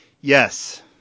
Yes